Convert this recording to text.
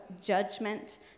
judgment